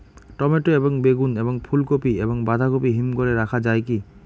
Tomato এবং বেগুন এবং ফুলকপি এবং বাঁধাকপি হিমঘরে রাখা যায় কি?